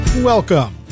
Welcome